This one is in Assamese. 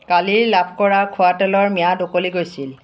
কালি লাভ কৰা খোৱা তেলৰ ম্যাদ উকলি গৈছিল